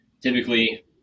typically